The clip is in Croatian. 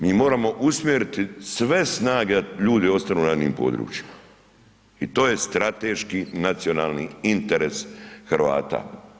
Mi moramo usmjeriti sve snage da ljudi ostanu na onim područjima i to je strateški nacionalni interes Hrvata.